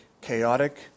chaotic